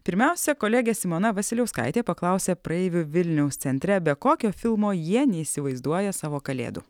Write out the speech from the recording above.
pirmiausia kolegė simona vasiliauskaitė paklausė praeivių vilniaus centre be kokio filmo jie neįsivaizduoja savo kalėdų